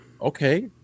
okay